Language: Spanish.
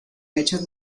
hechos